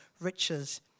riches